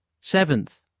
Seventh